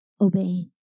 obey